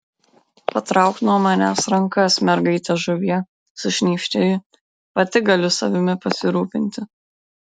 patrauk nuo manęs rankas mergaite žuvie sušnypštė ji pati galiu savimi pasirūpinti